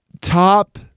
top